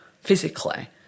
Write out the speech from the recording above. physically